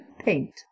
paint